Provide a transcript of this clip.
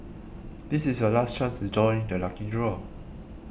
this is your last chance to join the lucky draw